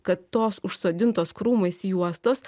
kad tos užsodintos krūmais juostos